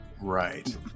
Right